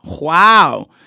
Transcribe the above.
Wow